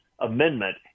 amendment